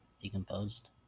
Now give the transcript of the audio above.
decomposed